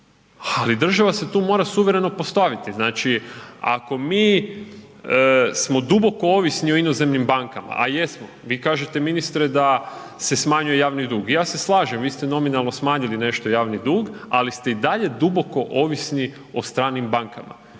ali država se tu mora suvereno postaviti, znači ako mi smo duboko ovisni o inozemnim bankama, a jesmo, vi kažete ministre da se smanjuje javni dug, ja se slažem, vi ste nominalno smanjili nešto javni dug, ali ste i dalje duboko ovisni o stranim bankama